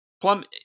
Plum